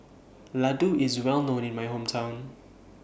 Ladoo IS Well known in My Hometown